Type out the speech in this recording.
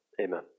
Amen